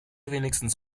wenigstens